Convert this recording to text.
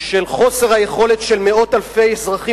של חוסר היכולת של מאות אלפי אזרחים